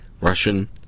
Russian